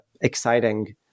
exciting